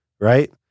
right